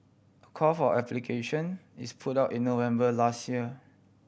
a call for application is put out in November last year